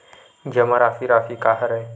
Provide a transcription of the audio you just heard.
जमा राशि राशि का हरय?